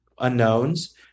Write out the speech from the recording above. unknowns